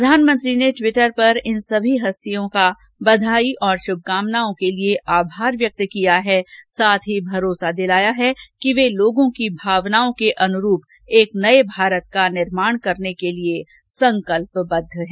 प्रधानमंत्री ने टिवटर पर इन सभी हस्तियों का बंधाई और शुभकामनाओं के लिए आभार व्यक्त किया है साथ ही भरोसा दिलाया है कि वे लोगों की भावनाओं के अनुरूप एक नये भारत का निर्माण करने के लिए संकल्पित हैं